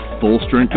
full-strength